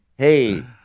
Hey